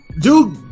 dude